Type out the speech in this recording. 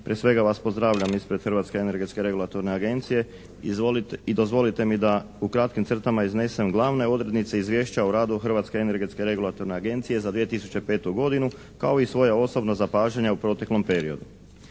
Prije svega vas pozdravljam ispred Hrvatske energetske regulatorne agencije i dozvolite mi da u kratkim crtama iznesem glavne odrednice Izvješća o radu Hrvatske energetske regulatorne agencije za 2005. godinu kao i svoja osobna zapažanja u proteklom periodu.